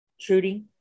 Trudy